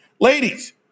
Ladies